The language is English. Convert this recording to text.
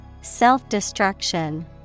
Self-destruction